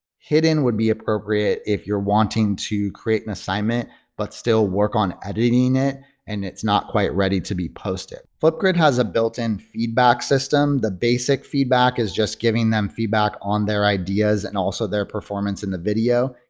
hidden would be appropriate if you're wanting to create an assignment but still work on editing it and it's not quite ready to be posted. flipgrid has a built in feedback system. the basic feedback is just giving them feedback on their ideas and also their performance in the video.